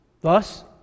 Thus